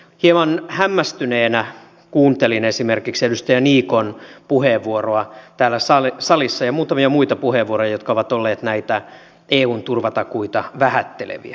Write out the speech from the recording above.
hieman hämmästyneenä kuuntelin esimerkiksi edustaja niikon puheenvuoroa täällä salissa ja muutamia muita puheenvuoroja jotka ovat olleet näitä eun turvatakuita vähätteleviä